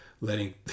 letting